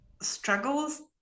struggles